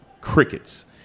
Crickets